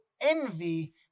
envy